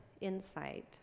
insight